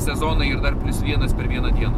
sezonai ir dar vienas per vieną dieną